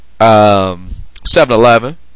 7-eleven